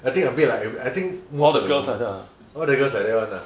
I think a bit like ever~ ever~ I think most of the wo~ all the girls like that [one] ah